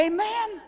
Amen